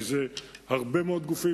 כי יש הרבה מאוד גופים,